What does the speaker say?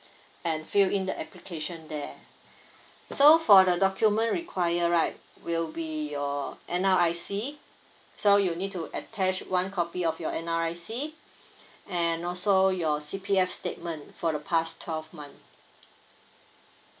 and fill in the application there so for the document require right will be your N_R_I_C so you need to attach one copy of your N_R_I_C and also your C_P_F statement for the past twelve months